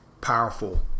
powerful